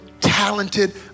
talented